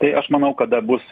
tai aš manau kada bus